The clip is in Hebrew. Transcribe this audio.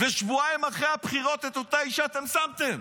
ושבועיים אחרי הבחירות את אותה אישה אתם שמתם.